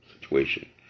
situation